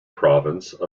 province